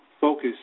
focus